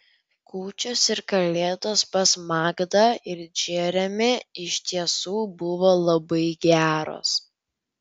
kūčios ir kalėdos pas magdą ir džeremį iš tiesų buvo labai geros